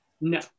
No